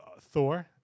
Thor